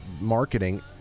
marketing